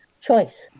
choice